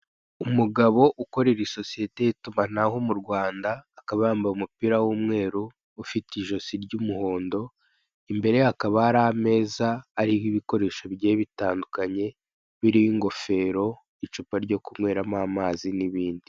Umugabo ukorera isosiyete y'itumanaho mu Rwanda, akaba yamabye umupira w'umweru ufite ijosi ry'umuhondo, imbere ye hakaba hari ameza ariho ibikoresho bigiye bitanduknye, biriho ingofero, icupa ryo kunyweraho amazi n'ibindi.